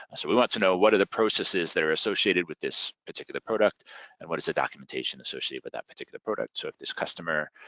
ah so we want to know what are processes that are associated with this particular product and what is the documentation associated with that particular product. so if this customer